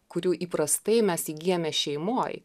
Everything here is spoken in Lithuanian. kurių įprastai mes įgyjame šeimoj